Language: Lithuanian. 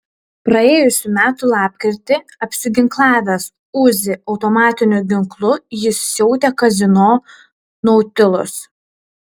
praėjusių metų lapkritį apsiginklavęs uzi automatiniu ginklu jis siautė kazino nautilus